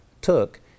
took